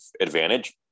advantage